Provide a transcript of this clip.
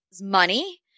money